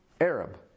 Arab